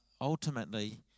ultimately